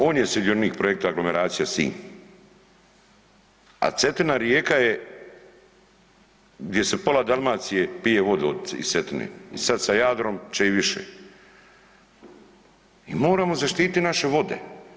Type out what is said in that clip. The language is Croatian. On je sudionik projekta aglomeracija Sinj, a Cetina rijeka je gdje su pola Dalmacije pije vodu iz Cetine i sad sa Jadrom će i više i moramo zaštiti naše vode.